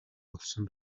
болсон